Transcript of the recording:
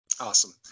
Awesome